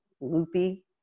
loopy